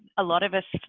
a lot of us,